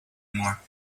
more